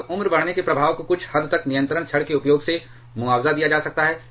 अब उम्र बढ़ने के प्रभाव को कुछ हद तक नियंत्रण छड़ के उपयोग से मुआवजा दिया जा सकता है